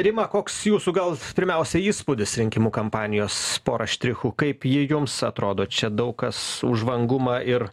rima koks jūsų gal pirmiausia įspūdis rinkimų kampanijos porą štrichų kaip jie jums atrodo čia daug kas už vangumą ir